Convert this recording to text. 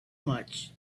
much